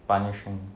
punish you